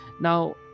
Now